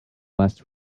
last